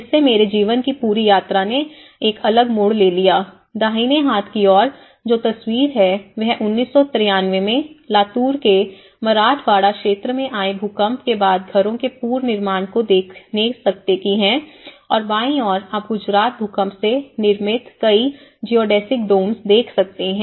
जिससे मेरे जीवन की पूरी यात्रा ने एक अलग मोड़ ले लिया है दाहिने हाथ की ओर जो तस्वीर है वह 1993 में लातूर के मराठवाड़ा क्षेत्र में आए भूकंप के बाद घरों के पुनर्निर्माण को देख सकते हैं और बाई और आप गुजरात भूकंप से निर्मित कई जियोडेसिक डोम देख सकते हैं